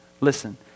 Listen